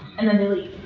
and then they leave.